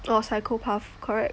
oh psychopath correct